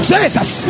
Jesus